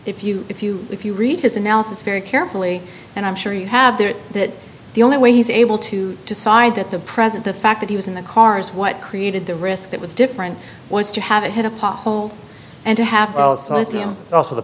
if you if you if you read his analysis very carefully and i'm sure you have there that the only way he's able to decide at the present the fact that he was in the cars what created the risk that was different was to have a hit a pothole and to have him also the